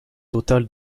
totale